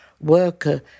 worker